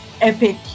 epic